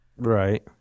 Right